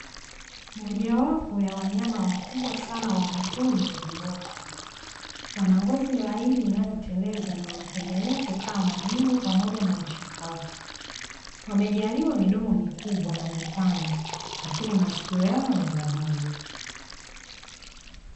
Mojawapo ya wanyama wakubwa sana wa mwituni ni viboko. Wana ngozi laini inayoteleza na wanapendelea kukaa majini pamoja na nchi kavu. Wamejaliwa midomo mikubwa na mipana lakini masikio yao ni madogo.